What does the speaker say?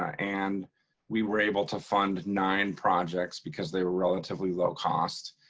and we were able to fund nine projects because they were relatively low cost.